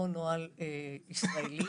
לא נוהל ישראלי,